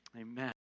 Amen